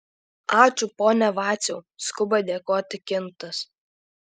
ačiū pone vaciau skuba dėkoti kintas